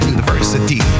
University